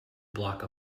block